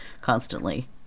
constantly